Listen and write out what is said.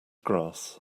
grass